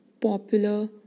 popular